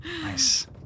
Nice